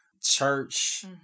church